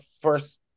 first